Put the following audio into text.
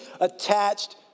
attached